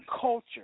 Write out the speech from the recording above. culture